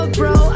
bro